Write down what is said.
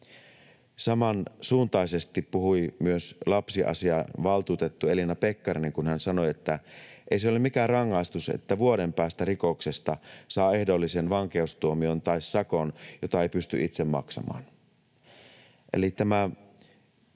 Samansuuntaisesti puhui myös lapsiasiavaltuutettu Elina Pekkarinen, kun hän sanoi, että ei se ole mikään rangaistus, että vuoden päästä rikoksesta saa ehdollisen vankeustuomion tai sakon, jota ei pysty itse maksamaan.